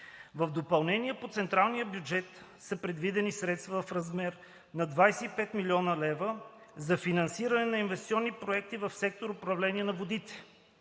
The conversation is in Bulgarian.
В допълнение по централния бюджет са предвидени средства в размер на 25,0 млн. лв. за финансиране на инвестиционни проекти в сектор „Управление на водите“